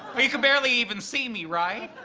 you can barely even see me, right?